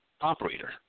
operator